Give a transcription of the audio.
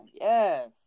Yes